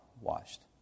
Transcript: washed